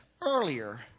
earlier